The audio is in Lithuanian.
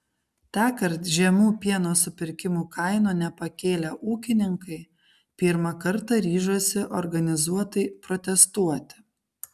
tąkart žemų pieno supirkimo kainų nepakėlę ūkininkai pirmą kartą ryžosi organizuotai protestuoti